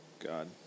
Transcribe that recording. god